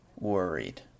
worried